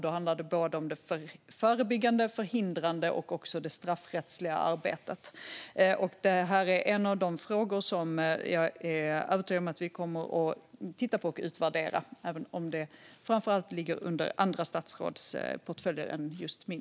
Då handlar det om både det förebyggande, det förhindrande och det straffrättsliga arbetet. Det här är en av de frågor som jag är övertygad om att vi kommer att titta på och utvärdera, även om det i första hand ligger under andra statsråds portföljer än just min.